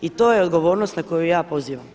I to je odgovornost na koju ja pozivam.